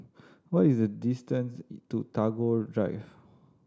what is the distance to Tagore Drive